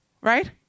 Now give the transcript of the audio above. right